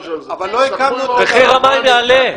מחיר המים יעלה.